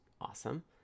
awesome